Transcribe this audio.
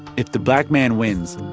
if the black man wins,